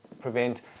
prevent